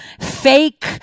fake